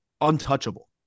untouchable